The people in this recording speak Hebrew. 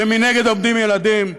כשמנגד עומדים ילדים,